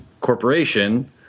corporation